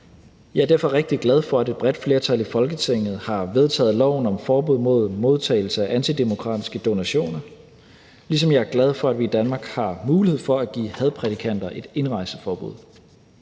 Jeg er derfor rigtig glad for, at et bredt flertal i Folketinget har vedtaget loven om forbud mod modtagelse af antidemokratiske donationer, ligesom jeg er glad for, at vi i Danmark har mulighed for at give hadprædikanter et indrejseforbud.